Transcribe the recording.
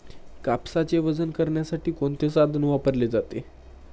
कापसाचे वजन करण्यासाठी कोणते साधन वापरले जाते?